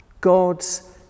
God's